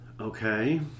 Okay